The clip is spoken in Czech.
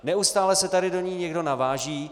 Neustále se tady do ní někdo naváží.